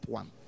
one